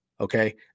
Okay